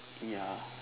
ya